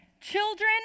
Children